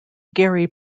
gary